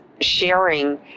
sharing